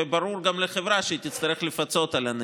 וברור גם לחברה שהיא תצטרך לפצות על הנזק,